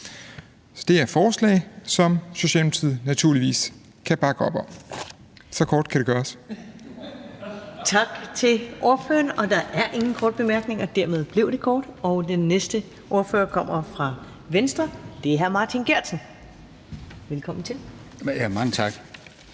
Det er forslag, som Socialdemokratiet naturligvis kan bakke op om. Så kort kan det gøres. Kl. 21:45 Første næstformand (Karen Ellemann): Tak til ordføreren. Der er ingen korte bemærkninger, og dermed blev det kort. Den næste ordfører kommer fra Venstre. Det er hr. Martin Geertsen. Velkommen til. Kl.